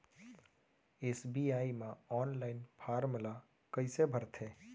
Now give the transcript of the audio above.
SBI म online form ल कइसे भरथे?